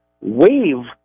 wave